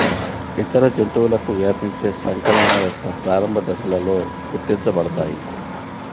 ఇతర జంతువులకు వ్యాపించే సంక్రమణ యొక్క ప్రారంభ దశలలో గుర్తించబడతాయి